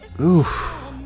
Oof